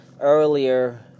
earlier